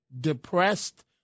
depressed